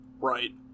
Right